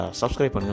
subscribe